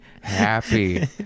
happy